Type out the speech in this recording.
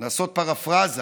לעשות פרפראזה